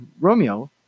Romeo